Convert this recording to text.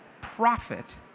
profit